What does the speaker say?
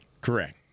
Correct